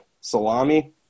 salami